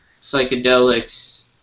psychedelics